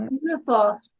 beautiful